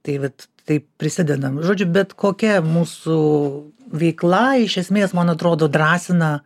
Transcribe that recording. tai vat taip prisidedam žodžiu bet kokia mūsų veikla iš esmės man atrodo drąsina